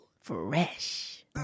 Fresh